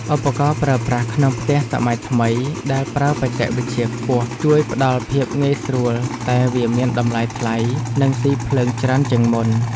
ឧបករណ៍ប្រើប្រាស់ក្នុងផ្ទះសម័យថ្មីដែលប្រើបច្ចេកវិទ្យាខ្ពស់ ជួយផ្ដល់ភាពងាយស្រួលតែវាមានតម្លៃថ្លៃនិងស៊ីភ្លើងច្រើនជាងមុន។